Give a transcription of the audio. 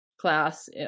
class